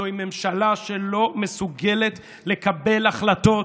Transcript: זוהי ממשלה שלא מסוגלת לקבל החלטות